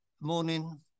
morning